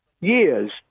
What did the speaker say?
years